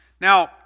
Now